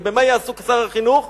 ובמה יעסוק שר החינוך?